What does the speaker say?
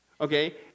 okay